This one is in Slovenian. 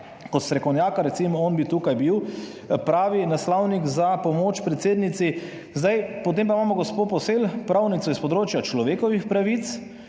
kot strokovnjaka, recimo on bi tukaj bil pravi naslovnik za pomoč predsednici. Potem pa imamo gospo Posel, pravnico s področja človekovih pravic